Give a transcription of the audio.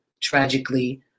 tragically